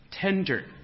Tender